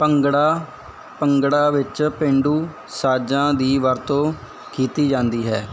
ਭੰਗੜਾ ਭੰਗੜੇ ਵਿੱਚ ਪੇਂਡੂ ਸਾਜਾਂ ਦੀ ਵਰਤੋਂ ਕੀਤੀ ਜਾਂਦੀ ਹੈ